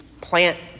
plant